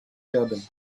turbans